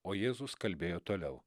o jėzus kalbėjo toliau